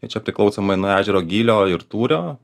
ir čia priklausomai nuo ežero gylio ir tūrio